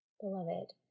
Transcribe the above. Beloved